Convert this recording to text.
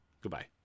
Goodbye